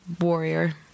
warrior